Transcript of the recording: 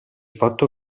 fatto